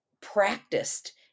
practiced